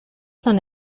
son